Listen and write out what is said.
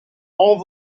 all